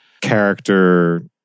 character